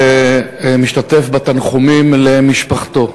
ומשתתף בתנחומים למשפחתו.